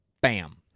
Bam